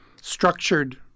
structured